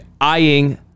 eyeing